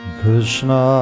Krishna